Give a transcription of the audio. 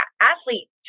athlete